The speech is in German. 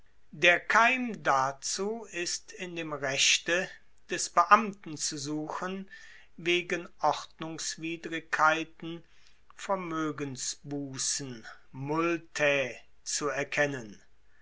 der keim dazu ist in dem rechte des beamten zu suchen wegen ordnungswidrigkeiten vermoegensbussen multae zu erkennen